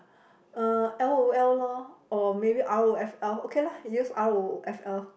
uh l_o_l lor or maybe r_o_f_l okay lah use r_o_f_l